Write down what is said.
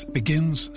begins